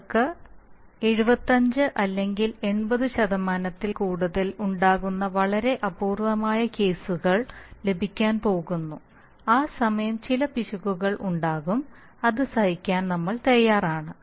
നിങ്ങൾക്ക് 75 അല്ലെങ്കിൽ 80 ൽ കൂടുതൽ ഉണ്ടാകുന്ന വളരെ അപൂർവമായ കേസുകൾ ലഭിക്കാൻ പോകുന്നു ആ സമയം ചില പിശകുകൾ ഉണ്ടാകും അത് സഹിക്കാൻ നമ്മൾ തയ്യാറാണ്